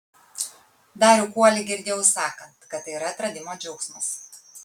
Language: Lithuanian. darių kuolį girdėjau sakant kad tai yra atradimo džiaugsmas